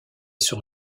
sur